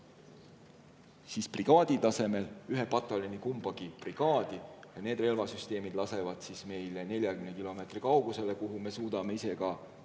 üksust brigaadi tasemel, ühe pataljoni kumbagi brigaadi, ja need relvasüsteemid lasevad meil 40 kilomeetri kaugusele, kuhu me suudame ise ka